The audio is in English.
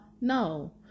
No